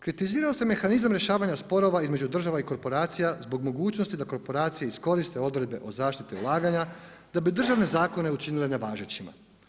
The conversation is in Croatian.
Kritizirao sam mehanizam rješavanja sporova između država i korporacija zbog mogućnosti da korporacije iskoriste odredbe o zaštiti ulaganja da bi državne zakone učinile nevažećima.